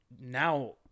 now